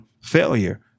failure